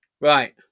right